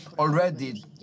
already